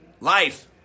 life